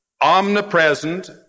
omnipresent